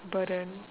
burden